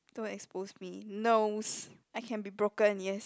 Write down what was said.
don't expose me nose I can be broken yes